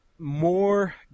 More